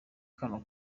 kano